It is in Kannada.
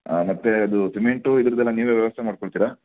ಹಾಂ ಮತ್ತು ಅದು ಸಿಮೆಂಟು ಇದ್ರುದ್ದು ಎಲ್ಲ ನೀವೇ ವ್ಯವಸ್ಥೆ ಮಾಡ್ಕೊಳ್ತೀರ